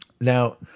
Now